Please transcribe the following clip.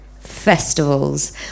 Festivals